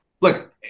Look